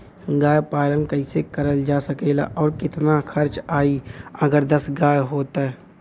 गाय पालन कइसे करल जा सकेला और कितना खर्च आई अगर दस गाय हो त?